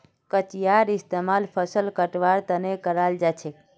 कचियार इस्तेमाल फसल कटवार तने कराल जाछेक